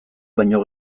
baino